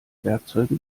werkzeuge